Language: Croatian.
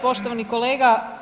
Poštovani kolega.